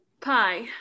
pie